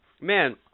Man